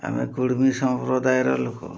ଆମେ କୁଡ଼ମୀ ସମ୍ପ୍ରଦାୟର ଲୋକ